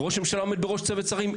ראש ממשלה שעומד בראש צוות שרים?